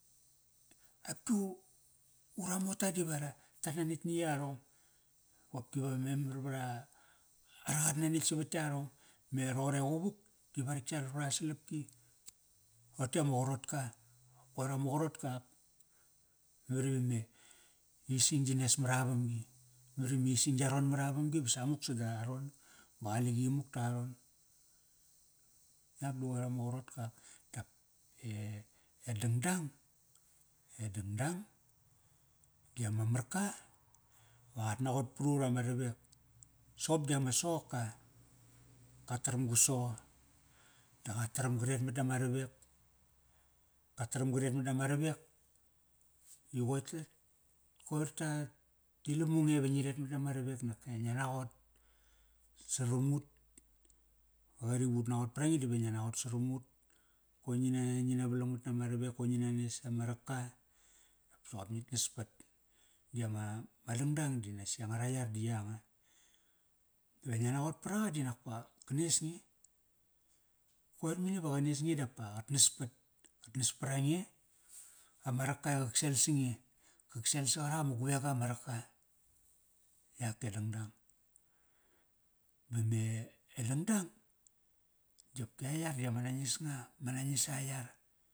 Apkiu, ura mota diva ra, tat nanetk ni yarong. Qopki va memar vra ara qat nanetk savat yarong. Me roqor e quvuk diva rik yar vara salapki. ote ama qarot ka. Koir ama qarot ka ak memar iva me ising yi nes maravamgi. Memar imising ya ron maravamgi ba samuk sada aron. Ba qaliqi imuk ta aron. yak di qoir ama qarotka ak. Dap e, e dangdang, e dangdang, di ama marka va qat naqot parut ama ravek. Soqop di ama soka. Ka taram ga so, da qa taram ga retmat nama ravek. I qoi ti, ti lamu nge ive ngi retmat nama ravek nake ngia naqot saram ut. Va qari va ut naqot prange di ngia naqot saram ut. Koi ngi na, ngi na valangmat nama ravek, koi ngi na nes ama raka. Dap soqop ngit naspat. Di ama, ma dangdang di nasi angara yar di yanga. Ve ngia naqot paraqa di nakpa, ka nes nge. Koir mani va qa nes nge dapa qat naspat. Qak nas prange, ama raka i qak sel sange, qak sel sa qarak ama guega ma raka. Yak e dangdang. Ba me dangdang, di opki a yar di ama nangis nga, ma nangis a yar.